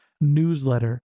newsletter